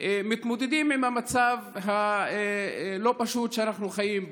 מתמודדים עם המצב הלא-פשוט שאנחנו חיים בו.